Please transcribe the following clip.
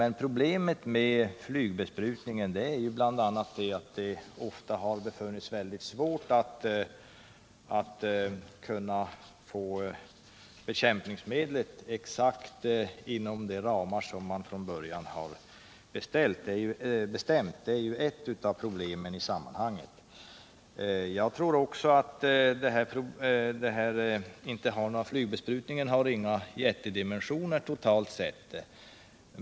Ett av problemen med flygbesprutning är att det ofta har befunnits mycket svårt att få bekämpningsmedlen inom de gränser man från början har bestämt. Jag tror inte heller att flygbesprutningen har några jättedimensioner totalt sett.